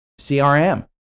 CRM